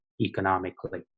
economically